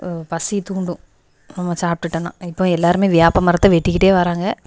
பசியை தூண்டும் சாப்பிட்டுட்டோன்னா இப்போ எல்லாேருமே வேப்ப மரத்தை வெட்டிக்கிட்டே வராங்க